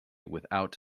without